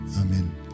Amen